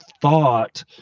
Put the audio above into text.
thought